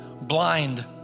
blind